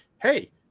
hey